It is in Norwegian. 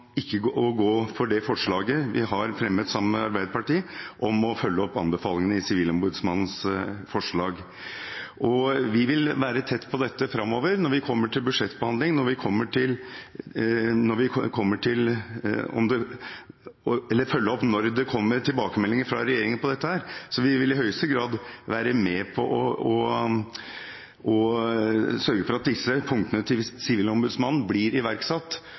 følge opp anbefalingene i Sivilombudsmannens forslag. Vi vil være tett på dette framover, når vi kommer til budsjettbehandling, og følge opp når det kommer tilbakemeldinger fra regjeringen om dette. Vi vil i høyeste grad være med på å sørge for at disse punktene til Sivilombudsmannen blir iverksatt.